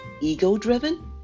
ego-driven